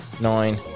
nine